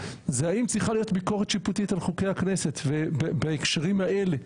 זה האם צריכה להיות ביקורת שיפוטית על חוקי הכנסת ובהקשרים האלה.